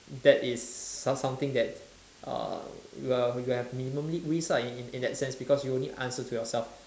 that is some something that uh will will have minimum li~ risk lah in in that sense because you only answer to yourself